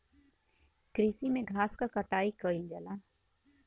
कृषि में घास क कटाई कइल जाला